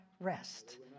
rest